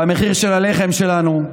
במחיר של הלחם שלנו,